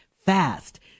fast